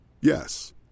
Yes